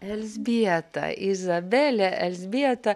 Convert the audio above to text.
elzbieta izabelė elzbieta